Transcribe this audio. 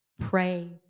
pray